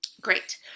Great